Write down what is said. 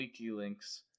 Wikilinks